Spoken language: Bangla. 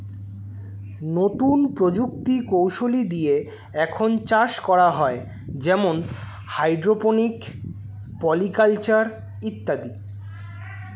নতুন প্রযুক্তি কৌশলী দিয়ে এখন চাষ করা হয় যেমন হাইড্রোপনিক, পলি কালচার ইত্যাদি